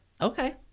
Okay